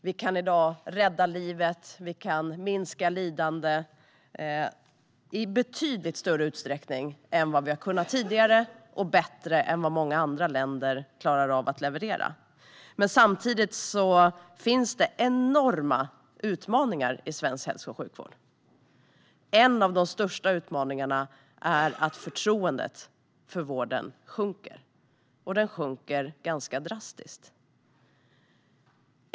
Man kan i dag rädda liv och minska lidande i betydligt större utsträckning än tidigare och bättre än vad många andra länder klarar av att leverera. Samtidigt finns det enorma utmaningar i svensk hälso och sjukvård. En av de största utmaningarna är att förtroendet för vården sjunker, och det sjunker ganska drastiskt.